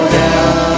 down